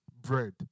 bread